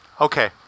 Okay